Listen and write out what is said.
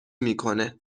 میکنه